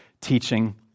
teaching